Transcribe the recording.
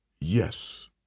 Yes